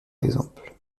exemple